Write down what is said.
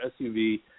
SUV